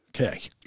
Okay